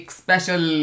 special